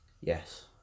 Yes